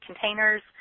containers